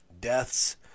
Deaths